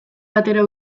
batera